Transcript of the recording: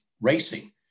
racing